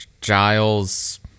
Giles